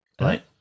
right